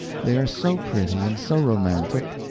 they are so pretty and so romantic.